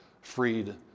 freed